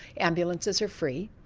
ambulances are free,